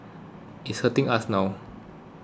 and it's hurting us now